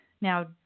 now